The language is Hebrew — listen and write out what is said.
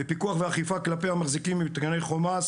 ופיקוח ואכיפה כלפי המחזיקים במתקני חומ"ס